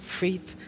faith